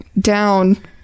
down